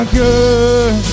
good